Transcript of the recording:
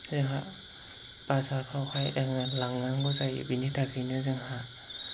जोंहा बाजारफ्रावहाय जोंनो लांनांगौ जायो बिनि थाखायनो जोंहा